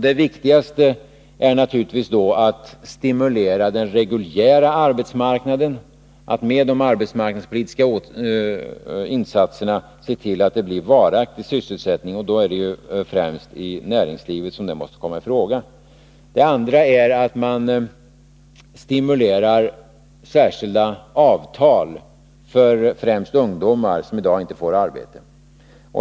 Det viktigaste är naturligtvis då att stimulera den reguljära arbetsmarknaden, att med de arbetsmarknadspolitiska åtgärderna se till att det blir varaktig sysselsättning. Det är främst i näringslivet som det måste komma i fråga. Vidare bör man stimulera till särskilda avtal för främst ungdomar som i dag inte får arbete.